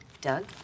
Doug